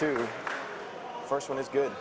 the first one is good